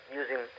using